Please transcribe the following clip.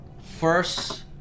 First